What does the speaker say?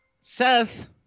Seth